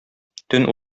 төн